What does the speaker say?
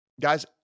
guys